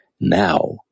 now